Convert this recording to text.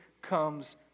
comes